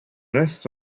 rest